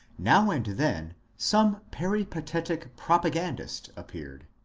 now and then some peripatetic propagandist appeared.